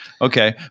Okay